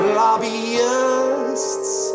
lobbyists